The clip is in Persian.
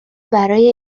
برای